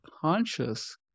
conscious